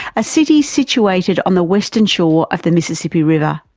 a city situated on the western shore of the mississippi river.